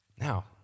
Now